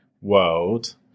world